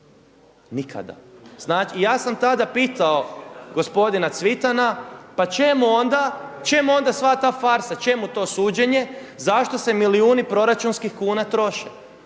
nikada. Ja sam tada pitao gospodina Civitana, čemu onda sva ta farsa, čemu to suđenje? Zašto se milijuni proračunskih troše?